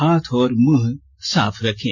हाथ और मुंह साफ रखें